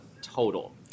total